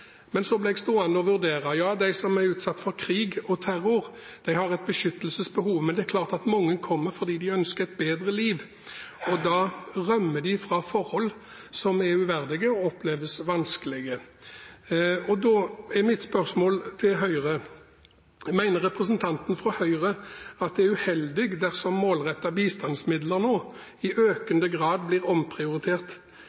Men så ble jeg stående og vurdere: Ja, de som er utsatt for krig og terror, har et beskyttelsesbehov, men det er klart at mange kommer fordi de ønsker et bedre liv, og da rømmer de fra forhold som er uverdige og oppleves vanskelige. Da er mitt spørsmål til Høyre: Mener representanten fra Høyre at det er uheldig dersom målrettede bistandsmidler nå i økende grad blir omprioritert